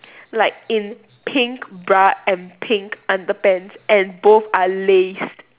like in pink bra and pink underpants and both are laced